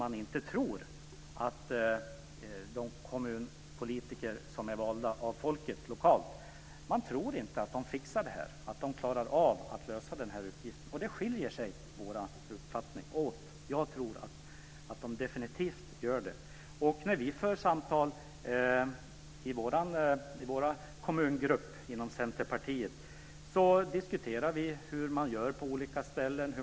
Det innebär att man inte tror att de av folket lokalt valda kommunpolitikerna klarar denna uppgift. På den punkten skiljer sig våra uppfattningar. Jag tror definitivt att de klarar uppgiften. När vi för samtal i Centerpartiets kommungrupp diskuterar vi hur man har löst frågor på olika ställen.